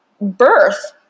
birth